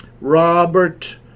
Robert